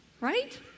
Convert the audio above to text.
right